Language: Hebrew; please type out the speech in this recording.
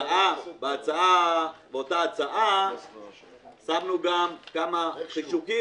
--- באותה הצעה שמנו גם כמה חישוקים